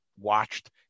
watched